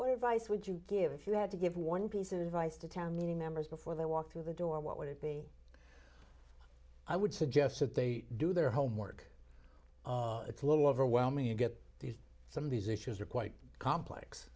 advice would you give if you had to give one piece of advice to town meeting members before they walk through the door what would it be i would suggest that they do their homework it's a little overwhelming you get these some of these issues are quite complex